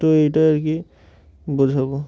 তো এটা আর কি বোঝাবো